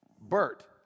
Bert